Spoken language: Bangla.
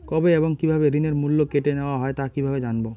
কবে এবং কিভাবে ঋণের মূল্য কেটে নেওয়া হয় তা কিভাবে জানবো?